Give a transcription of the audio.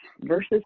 versus